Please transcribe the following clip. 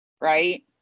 right